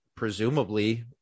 Presumably